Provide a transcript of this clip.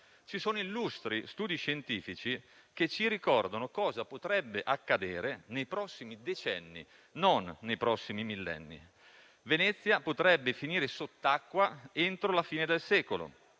Ci sono illustri studi scientifici che ci ricordano cosa potrebbe accadere nei prossimi decenni, non nei prossimi millenni: Venezia potrebbe finire sott'acqua entro la fine del secolo;